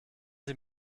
sie